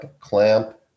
clamp